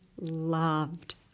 loved